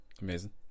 Amazing